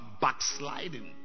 backsliding